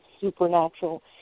supernatural